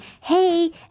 Hey